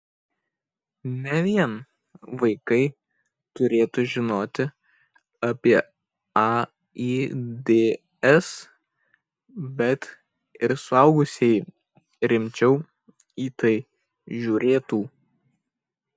ne vien vaikai turėtų žinoti apie aids bet ir suaugusieji rimčiau į tai žiūrėtų